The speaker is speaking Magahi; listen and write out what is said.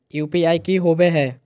यू.पी.आई की होवे हय?